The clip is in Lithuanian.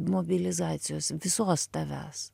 mobilizacijos visos tavęs